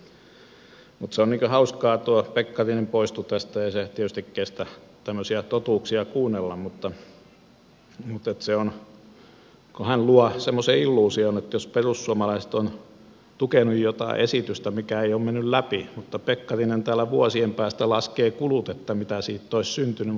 mutta se on hauskaa tuo pekkarinen poistui tästä ei hän tietysti kestä tämmöisiä totuuksia kuunnella kun pekkarinen luo semmoisen illuusion että jos perussuomalaiset on tukenut jotain esitystä mikä ei ole mennyt läpi ja hän täällä vuosien päästä laskee kulut mitä siitä olisi syntynyt